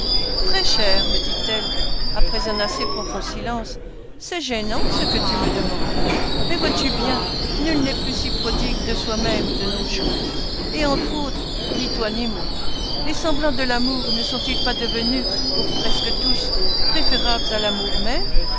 très cher me dit-elle après un assez profond silence c'est gênant ce que tu me demandes mais vois-tu bien nul n'est plus si prodigue de soi-même de nos jours et entre autres ni toi ni moi les semblants de l'amour ne sont-ils pas devenus pour presque tous préférables à l'amour même